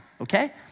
okay